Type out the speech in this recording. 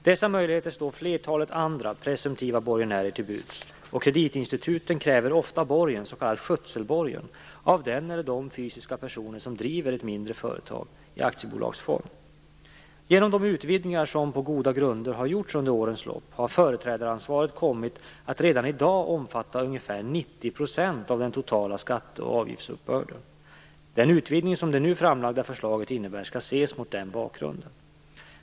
Dessa möjligheter står flertalet andra presumtiva borgenärer till buds, och kreditinstituten kräver ofta borgen, s.k. skötselborgen, av den eller de fysiska personer som driver ett mindre företag i aktiebolagsform. Genom de utvidgningar som, på goda grunder, har gjorts under årens lopp har företrädaransvaret kommit att redan i dag omfatta ungefär 90 % av den totala skatte och avgiftsuppbörden. Den utvidgning som det nu framlagda förslaget innebär skall ses mot den bakgrunden.